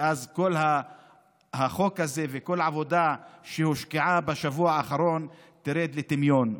ואז כל החוק הזה וכל העבודה שהושקעה בשבוע האחרון תרד לטמיון.